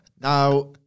Now